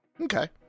okay